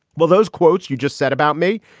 well, those quotes you just said about me.